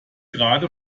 gerade